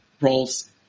roles